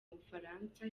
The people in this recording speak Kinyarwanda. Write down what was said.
bufaransa